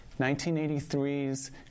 1983's